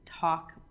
talk